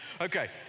Okay